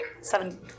Seven